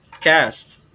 cast